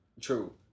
True